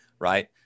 right